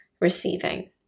receiving